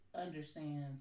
understands